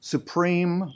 Supreme